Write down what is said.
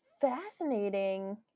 fascinating